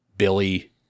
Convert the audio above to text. Billy